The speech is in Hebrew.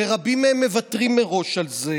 ורבים מהם מוותרים מראש על זה